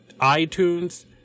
iTunes